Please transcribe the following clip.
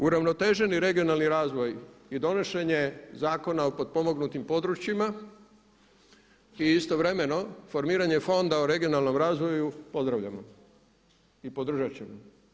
Uravnoteženi regionalni razvoj i donošenje Zakona o potpomognutim područjima i istovremeno formiranje Fonda o regionalnom razvoju pozdravljamo i podržat ćemo.